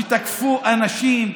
שתקפו אנשים,